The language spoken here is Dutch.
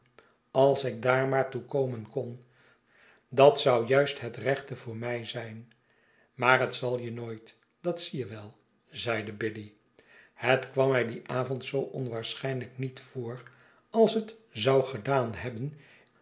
als ik daar maar toe komen kon dat zou juist het rechte voor mij zijn maar dat zal je nooit dat zie jewel zeide biddy het kwam mij dien avond zoo onwaarschynlijk niet voor als het zou gedaan hebben